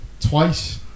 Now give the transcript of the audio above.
twice